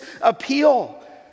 appeal